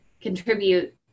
contribute